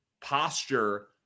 posture